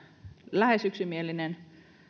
lähes yksimielinen